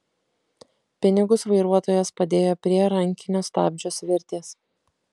pinigus vairuotojas padėjo prie rankinio stabdžio svirties